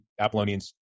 Apollonians